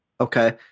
Okay